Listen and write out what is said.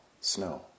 snow